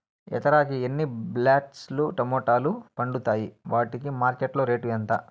ఎకరాకి ఎన్ని బాక్స్ లు టమోటాలు పండుతాయి వాటికి మార్కెట్లో రేటు ఎంత?